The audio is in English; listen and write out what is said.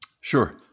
Sure